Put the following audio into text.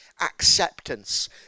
acceptance